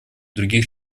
других